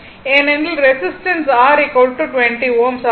ஏனெனில் resistance R 20Ω ஆகும்